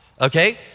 Okay